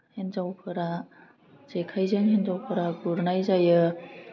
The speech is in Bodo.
हिन्जावफोरा जेखाइजों हिन्जावफोरा गुरनाय जायो